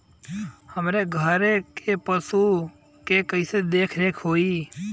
हमरे घरे के कागज दहिले पे लोन मिल सकेला?